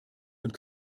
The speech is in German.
und